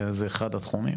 זה אחד התחומים